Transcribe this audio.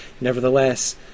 Nevertheless